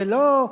ולא,